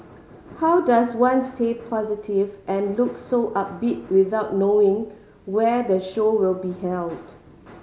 how does one stay positive and look so upbeat without knowing where the show will be held